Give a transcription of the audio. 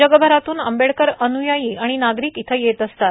जगभरातून आंबेडकर अन्यायी आणि नागरिक इथं येत असतात